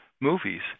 movies